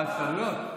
מה האפשרויות?